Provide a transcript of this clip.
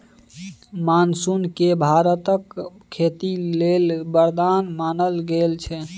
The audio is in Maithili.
मानसून केँ भारतक खेती लेल बरदान मानल गेल छै